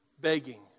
begging